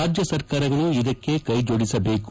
ರಾಜ್ಯ ಸರ್ಕಾರಗಳು ಇದಕ್ಕೆ ಕೈಜೋಡಿಸಬೇಕು